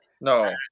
No